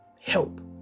help